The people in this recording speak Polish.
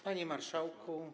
Panie Marszałku!